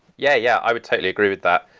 yeah yeah. i would totally agree with that.